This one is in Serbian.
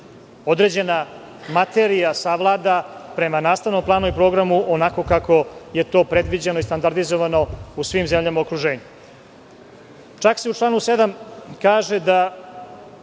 određena materija savlada prema nastavnom planu i programu onako kako je to predviđeno i standardizovano u svim zemljama u okruženju. Čak se i u članu 7. kaže da